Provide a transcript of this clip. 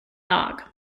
dog